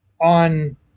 on